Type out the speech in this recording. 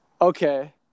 okay